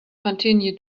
continue